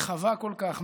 רחבה כל כך,